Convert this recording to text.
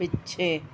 ਪਿੱਛੇ